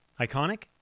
Iconic